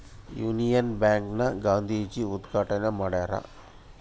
Union bank ನ ಗಾಂಧೀಜಿ ಉದ್ಗಾಟಣೆ ಮಾಡ್ಯರ